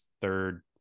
third